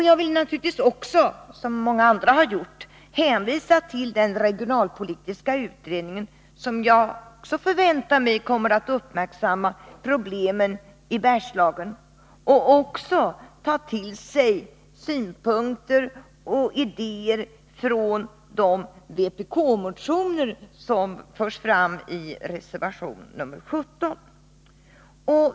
Jag vill naturligtvis också, som många andra gjort, hänvisa till den regionalpolitiska utredningen, som jag väntar mig också kommer att uppmärksamma problemen i Bergslagen och även ta till sig synpunkter och idéer från de vpk-motioner som stöds i reservation nr 17.